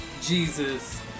Jesus